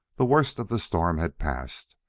the worst of the storm had passed,